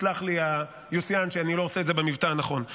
ויסלח לי יוסיאן שאני לא עושה את זה במבטא הנכון.